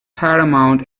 paramount